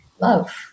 love